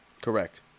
Correct